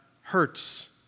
hurts